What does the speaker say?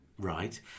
Right